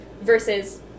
versus